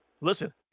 Listen